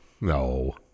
No